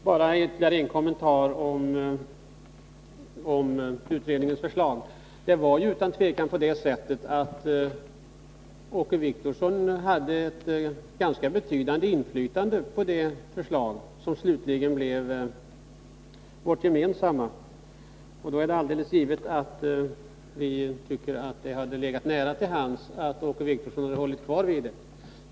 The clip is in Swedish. Herr talman! Bara ytterligare en kommentar om utredningens förslag. Det var utan tvivel på det sättet att Åke Wictorsson hade ett ganska betydande inflytande på det förslag som slutligen blev vårt gemensamma, och då är det alldeles givet att vi tycker att det hade legat nära till hands att Åke Wictorsson hade hållit fast vid det.